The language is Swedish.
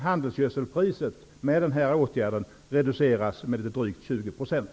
Handelsgödselpriset reduceras med denna åtgärd med drygt 20 %.